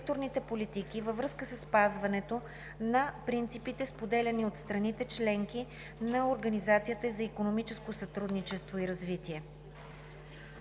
във връзка със спазването на принципите, споделяни от страните – членки на Организацията за икономическо сътрудничество и развитие.